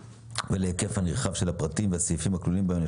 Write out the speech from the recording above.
ולהיקף הנרחב של הפרטים והסעיפים הכלולים בהן,